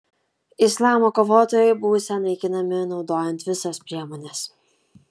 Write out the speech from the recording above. islamo kovotojai būsią naikinami naudojant visas priemones